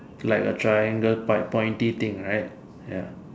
like a triangle pipe pointy thing right